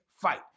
fight